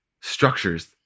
structures